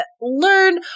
learn